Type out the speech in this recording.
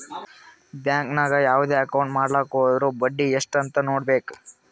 bank ನಾಗ್ ಯಾವ್ದೇ account ಮಾಡ್ಲಾಕ ಹೊದುರ್ ಬಡ್ಡಿ ಎಸ್ಟ್ ಅಂತ್ ನೊಡ್ಬೇಕ